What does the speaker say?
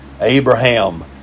Abraham